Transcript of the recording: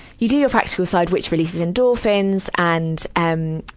you do your practical side, which releases endorphins, and, um,